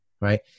right